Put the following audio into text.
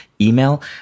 email